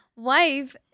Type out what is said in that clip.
Wife